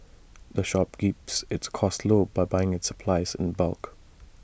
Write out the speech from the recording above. the shop keeps its costs low by buying its supplies in bulk